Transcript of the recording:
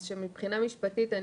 זה שמבחינה משפטית,